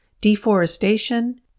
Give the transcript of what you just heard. deforestation